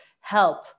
help